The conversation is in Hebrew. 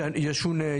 ישונה,